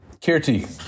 Kirti